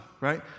right